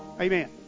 Amen